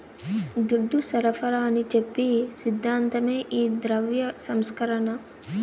దుడ్డు సరఫరాని చెప్పి సిద్ధాంతమే ఈ ద్రవ్య సంస్కరణ